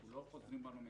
אנחנו לא חוזרים בנו.